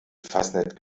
fasnet